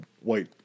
White